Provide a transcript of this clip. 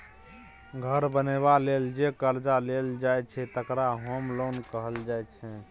घर बनेबा लेल जे करजा लेल जाइ छै तकरा होम लोन कहल जाइ छै